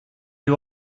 you